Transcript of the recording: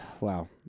Wow